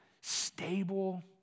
stable